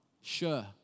Sure